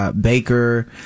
Baker